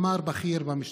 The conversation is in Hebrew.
אמר בכיר במשטרה".